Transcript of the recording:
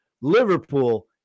Liverpool